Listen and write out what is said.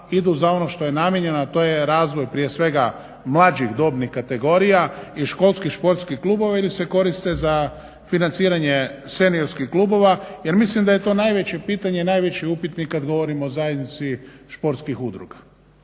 idu za onu što je namijenjeno, a to je razvoj prije svega mlađih dobnih kategorija i školski športskih kluba, ili se koriste za financiranje seniorskih kluba. Jer mislim da je to najveće pitanje, najveći upitnik kad govorimo o zajednici športskih udruga.